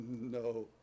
no